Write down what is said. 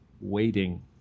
waiting